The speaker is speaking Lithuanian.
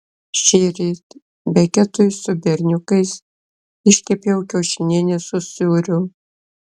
šįryt beketui su berniukais iškepiau kiaušinienę su sūriu